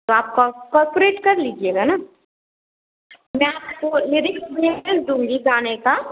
तो आप का कॉर्पोरेट कर लीजिएगा ना मैं आपको लिरिक्स भेज दूँगी गाने का